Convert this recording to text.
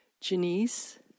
Janice